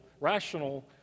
rational